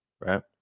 right